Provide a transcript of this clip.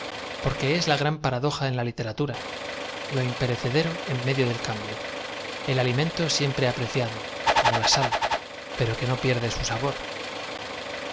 porque es la gran paradoja en la literatura lo imperecedero en medio del cambio el alimento siem pre apreciado como la sal pero que no pierde su sabor